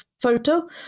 photo